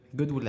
Good